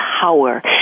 power